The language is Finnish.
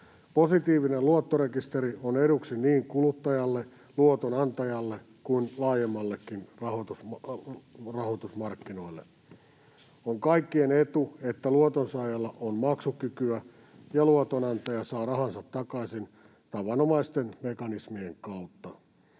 Positiivinen luottorekisteri on eduksi niin kuluttajalle, luotonantajalle kuin laajemminkin rahoitusmarkkinoille. On kaikkien etu, että luotonsaajalla on maksukykyä ja luotonantaja saa rahansa takaisin tavanomaisten mekanismien kautta.